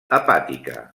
hepàtica